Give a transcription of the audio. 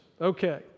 Okay